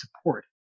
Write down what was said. support